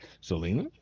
Selena